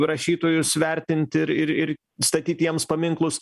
rašytojus vertint ir ir ir statyt jiems paminklus